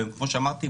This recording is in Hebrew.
כמו שאמרתי,